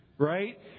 Right